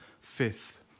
fifth